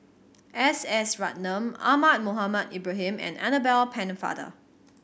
S S Ratnam Ahmad Mohamed Ibrahim and Annabel Pennefather